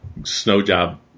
Snowjob